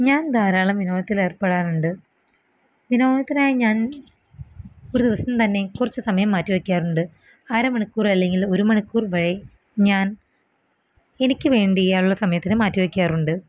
ഞാൻ ധാരാളം വിനോദത്തിലേർപ്പെടാറുണ്ട് വിനോദത്തിനായ് ഞാൻ ഒരു ദിവസം തന്നെ കുറച്ച് സമയം മാറ്റി വെയ്ക്കാറുണ്ട് അര മണിക്കൂറല്ലെങ്കിൽ ഒരു മണിക്കൂർ വരെ ഞാൻ എനിക്ക് വേണ്ടിയായുള്ള സമയത്തിന് മാറ്റിവെയ്ക്കാറുണ്ട്